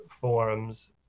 forums